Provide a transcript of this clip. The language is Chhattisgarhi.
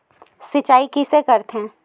सिंचाई कइसे करथे?